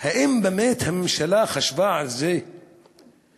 האם באמת הממשלה חשבה על זה ודאגה,